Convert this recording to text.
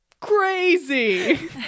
crazy